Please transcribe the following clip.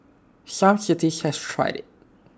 some cities has tried IT